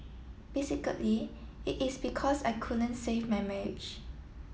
basically it is because I couldn't save my marriage